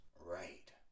right